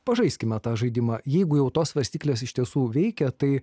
pažaiskime tą žaidimą jeigu jau tos svarstyklės iš tiesų veikia tai